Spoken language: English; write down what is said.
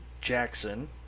Jackson